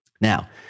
Now